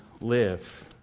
live